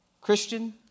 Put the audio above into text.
Christian